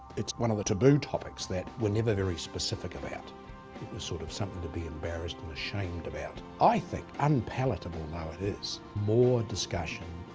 it's one of the taboo topics that we're never very specific about. it was sort of something to be embarrassed and ashamed about. i think, unpalatable though it is, more discussion,